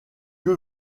que